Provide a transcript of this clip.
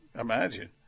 imagine